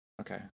Okay